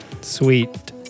sweet